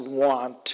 want